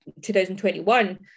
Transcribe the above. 2021